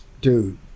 dude